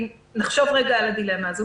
ונחשוב לרגע על הדילמה הזאת.